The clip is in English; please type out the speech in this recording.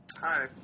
Hi